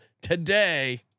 today